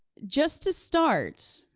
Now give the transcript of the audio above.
just to start,